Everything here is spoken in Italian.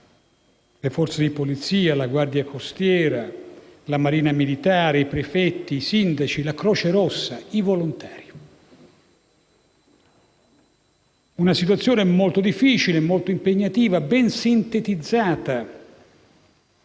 le forze di polizia, la Guardia costiera, la Marina militare, i prefetti, i sindaci, la Croce Rossa, i volontari. La situazione è molto difficile e impegnativa, ben sintetizzata